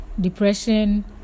depression